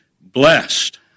Blessed